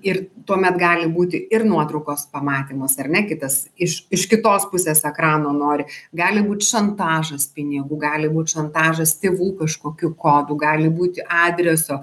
ir tuomet gali būti ir nuotraukos pamatymas ar ne kitas iš iš kitos pusės ekrano nori gali būt šantažas pinigų gali būt šantažas tėvų kažkokių kodų gali būti adreso